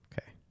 Okay